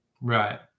Right